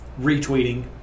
Retweeting